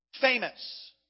famous